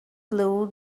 blew